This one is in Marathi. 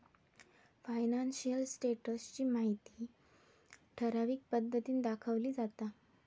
फायनान्शियल स्टेटस ची माहिती ठराविक पद्धतीन दाखवली जाता